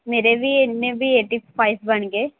ਮੇਰੇ ਵੀ ਇੰਨੇ ਵੀ ਏਟੀ ਫਾਈਵ ਬਣ ਗਏ